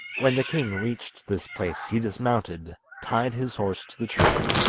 when the king reached this place he dismounted, tied his horse to the tree,